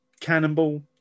Cannonball